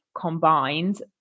combined